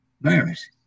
virus